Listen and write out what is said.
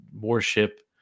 warship